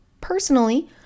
personally